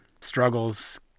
struggles